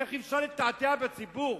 איך אפשר לתעתע בציבור?